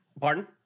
Pardon